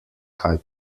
kaj